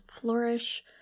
flourish